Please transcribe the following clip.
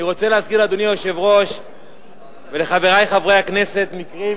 אני רוצה להזכיר לאדוני היושב-ראש ולחברי חברי הכנסת מקרים